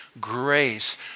grace